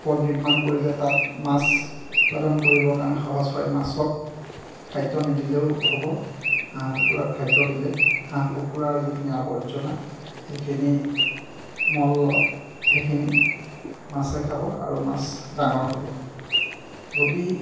নিৰ্মাণ কৰিলে তাত মাছ উৎপাদন কৰিবৰ কাৰণে সহজ হয় মাছক খাদ্য নিদিলেও হ'ব হাঁহ কুকুৰাক খাদ্য দিলে হাঁহ কুকুৰাৰ যিখিনি আৱৰ্জনা সেইখিনি মল সেইখিনি মাছে খাব আৰু মাছ ডাঙৰ হ'ব যদি